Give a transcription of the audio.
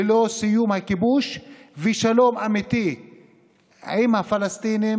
ללא סיום הכיבוש ושלום אמיתי עם הפלסטינים,